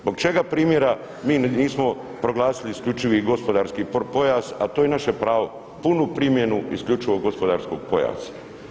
Zbog čega primjera mi nismo proglasili isključivi gospodarski pojas, a to je naše pravo, punu primjenu isključivog gospodarskog pojasa.